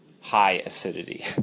high-acidity